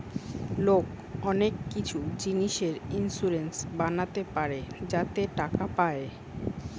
লোক অনেক কিছু জিনিসে ইন্সুরেন্স বানাতে পারে যাতে টাকা পায়